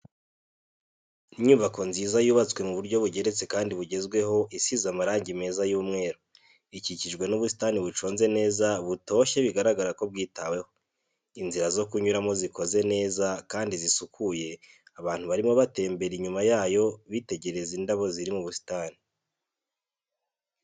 Inyubako nziza yubatswe mu buryo bugeretse kandi bugezweho isize amarangi meza y'umweru, ikikijwe n'ubusitani buconze neza butoshye bigaragara ko bwitaweho, inzira zo kunyuramo zikoze neza kandi zirasukuye, abantu barimo batembera, inyuma yayo bitegereza indabo ziri mu busitani.